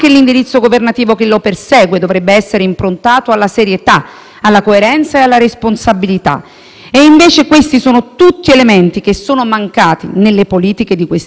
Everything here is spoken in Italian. Invece questi sono tutti elementi che sono mancati nelle politiche degli ultimi mesi, in modo particolare in quelle sull'immigrazione, e lo sono stati in modo palese nel caso della